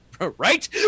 right